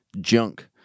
junk